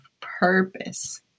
purpose